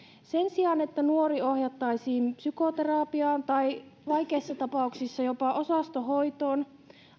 sen sijaan että nuori ohjattaisiin psykoterapiaan tai vaikeissa tapauksissa jopa osastohoitoon